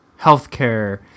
healthcare